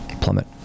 plummet